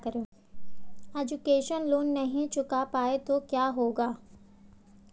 Education loan नहीं चुका पाए तो क्या होगा?